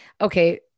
Okay